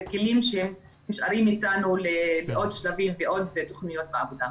זה כלים שהם נשארים איתנו לעוד שלבים ועוד תוכניות בעבודה.